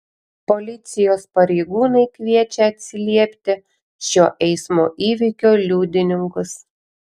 policijos pareigūnai kviečia atsiliepti šio eismo įvykio liudininkus